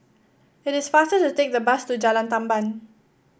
it is faster to take the bus to Jalan Tamban